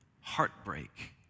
heartbreak